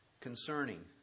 concerning